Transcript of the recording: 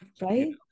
right